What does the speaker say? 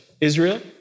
Israel